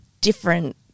different